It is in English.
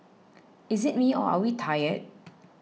is it me or are we tired